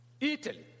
Italy